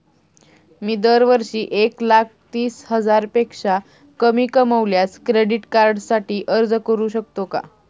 मी दरवर्षी एक लाख तीस हजारापेक्षा कमी कमावल्यास क्रेडिट कार्डसाठी अर्ज करू शकतो का?